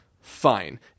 Fine